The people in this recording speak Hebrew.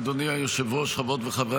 אדוני היושב-ראש, חברות וחברי